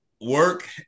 work